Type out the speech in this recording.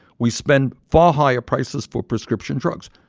we spend far higher prices for prescription drugs.